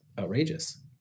outrageous